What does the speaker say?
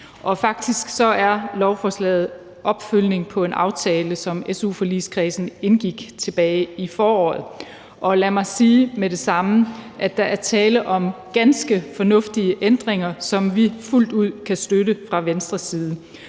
og faktisk er lovforslaget en opfølgning på en aftale, som su-forligskredsen indgik tilbage i foråret. Lad mig sige med det samme, at der er tale om ganske fornuftige ændringer, som vi fuldt ud kan støtte fra Venstres side.